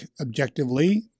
objectively